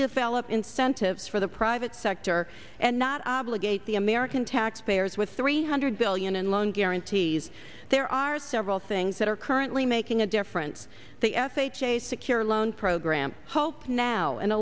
develop incentives for the private sector and not obligate the american taxpayers with three hundred billion in loan guarantees there are several things that are currently making a difference the f h a secure loan program hope now an